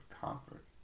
comfort